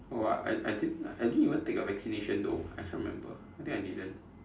oh I I didn't like I didn't even take a vaccination though I can't remember I think I didn't